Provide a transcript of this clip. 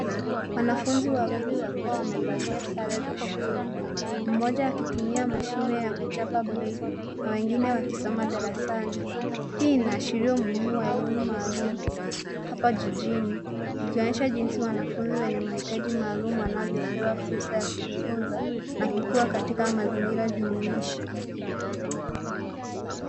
Wanafunzi wawili wakiwa wamevalia sare za shule, mmoja akitumia mashine ya kuchapa braille na wengine wakisoma darasani. Hii inaashiria umuhimu wa elimu maalum hapa jijini ikionyesha jinsi wanafunzi wenye mahitaji maalum wanavyopewa fursa ya kujifunza na kukua katika mazingira jumuishi.